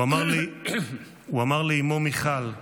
הוא אמר לאימו מיכל: